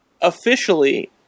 officially